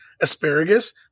asparagus